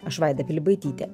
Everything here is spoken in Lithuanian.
aš vaida pilibaitytė